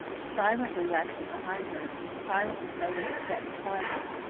silently latched it behind her, and silently fell into step beside her.